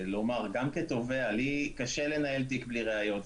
גם כתובע, לי קשה לנהל תיק בלי ראיות.